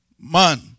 Man